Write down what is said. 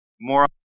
more